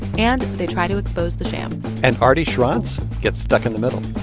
and they try to expose the sham and arty schronce gets stuck in the middle